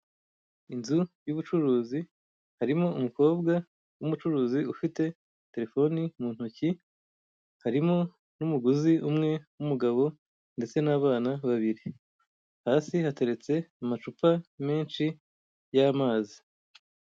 Inzu y'ubucuruzi, harimo umukobwa w'umucuruzi ufite telefone mu ntoki, harimo n'umuguzi umwe w'umugabo ndetse n'abana babiri, hasi hateretse amacupa menshi y'amazi.